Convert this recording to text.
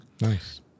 Nice